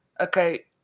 Okay